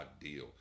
deal